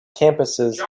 campuses